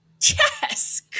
Yes